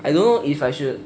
I don't know if I should